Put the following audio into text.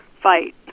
fight